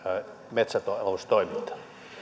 metsätaloustoimintaa